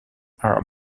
are